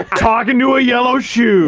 talk in to a yellow shoe